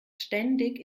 ständig